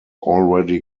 already